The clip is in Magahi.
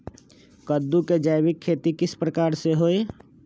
कददु के जैविक खेती किस प्रकार से होई?